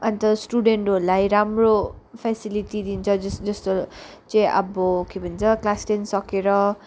अन्त स्टुडेन्टहरूलाई राम्रो फेसिलिटी दिन्छ जस जस्तो चाहिँ अब के भन्छ क्लास टेन सकेर